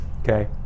okay